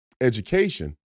education